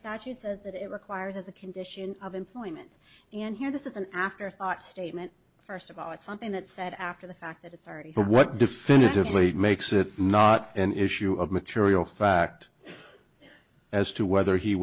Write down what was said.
statute says that it requires as a condition of employment and here this is an afterthought statement first of all it's something that said after the fact that it's already but what definitively makes it not an issue of material fact as to whether he